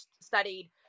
studied